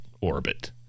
orbit